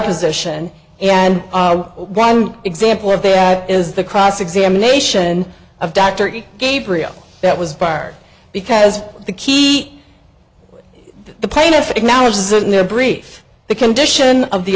position and one example of that is the cross examination of dr gabriel that was fired because the key the plaintiff acknowledges in their brief the condition of the